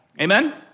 amen